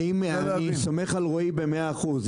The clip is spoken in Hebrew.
אני סומך על רועי במאה אחוזים.